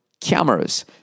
cameras